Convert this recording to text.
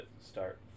start